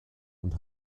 und